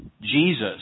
Jesus